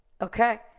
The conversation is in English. Okay